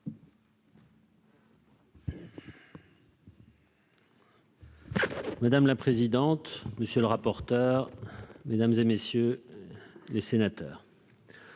Madame la présidente, monsieur le rapporteur, mesdames et messieurs les sénateurs.